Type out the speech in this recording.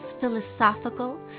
philosophical